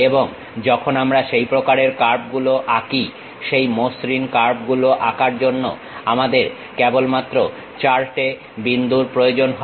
এবং যখন আমরা সেই প্রকারের কার্ভগুলো আঁকি সেই মসৃণ কার্ভগুলো আঁকার জন্য আমাদের কেবলমাত্র 4 টে বিন্দুর প্রয়োজন হয়